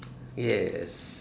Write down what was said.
yes